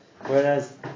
whereas